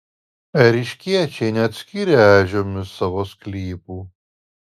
ėriškiečiai neatskyrė ežiomis savo sklypų